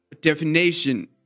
definition